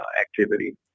activity